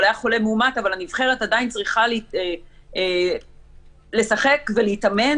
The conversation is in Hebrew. היה חולה מאומת אבל הנבחרת עדיין צריכה לשחק ולהתאמן,